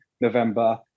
November